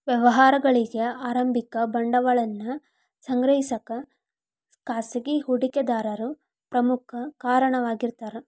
ವ್ಯವಹಾರಗಳಿಗಿ ಆರಂಭಿಕ ಬಂಡವಾಳವನ್ನ ಸಂಗ್ರಹಿಸಕ ಖಾಸಗಿ ಹೂಡಿಕೆದಾರರು ಪ್ರಮುಖ ಕಾರಣವಾಗಿರ್ತಾರ